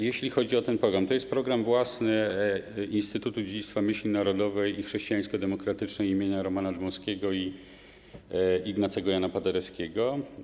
Jeśli chodzi o ten program, to jest to program własny Instytutu Dziedzictwa Myśli Narodowej i Chrześcijańsko-Demokratycznej im. Romana Dmowskiego i Ignacego Jana Paderewskiego.